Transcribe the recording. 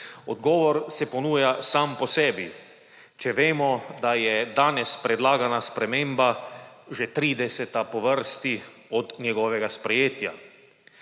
Odgovor se ponuja sam po sebi, če vemo, da je danes predlagana sprememba že 30. po vrsti od njegovega sprejetja.